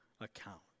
account